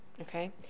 okay